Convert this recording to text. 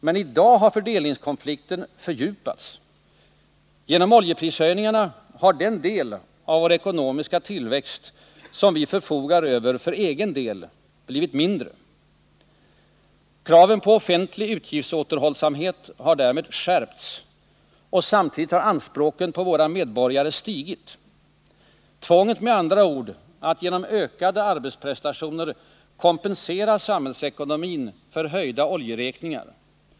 Men nu har fördelningskonflikten fördjupats. Genom oljeprishöjningarna har den del av vår ekonomiska tillväxt som vi förfogar över för egen del blivit mindre. Kraven på offentlig utgiftsåterhållsamhet har därmed skärpts. Men samtidigt har anspråken på våra medborgare ökat — med andra ord: tvånget att genom ökade arbetsprestationer kompensera samhällsekonomin för höjda oljeräkningar.